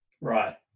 Right